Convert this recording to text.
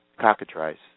cockatrice